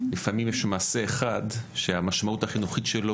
לפעמים יש מעשה אחד שהמשמעות החינוכית שלו